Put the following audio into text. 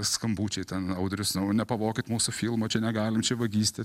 skambučiai ten audrius nepavokit mūsų filmo čia negalim čia vagystė